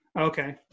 Okay